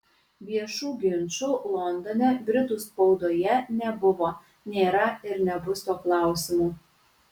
viešų ginčų londone britų spaudoje nebuvo nėra ir nebus tuo klausimu